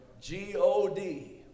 G-O-D